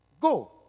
Go